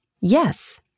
yes